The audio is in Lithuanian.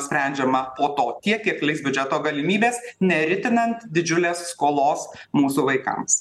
sprendžiama po to tiek tiek leis biudžeto galimybės neritinant didžiulės skolos mūsų vaikams